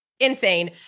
Insane